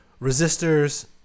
resistors